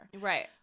Right